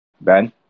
Ben